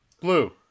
Blue